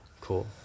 cool